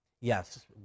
yes